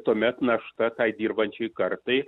tuomet našta tai dirbančiųjų kartai